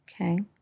okay